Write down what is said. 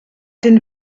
den